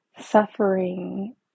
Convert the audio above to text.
suffering